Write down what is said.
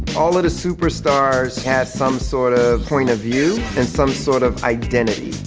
all of the superstars had some sort of point of view and some sort of identity.